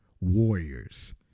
warriors